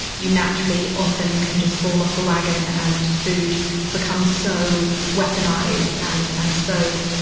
you naturally often can just fall off the wagon and food becomes so weaponized. and, and so